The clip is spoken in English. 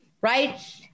right